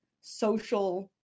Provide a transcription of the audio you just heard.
social